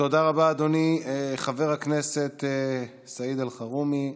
תודה רבה, אדוני חבר הכנסת סעיד אלחרומי.